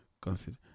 Consider